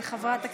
סליחה,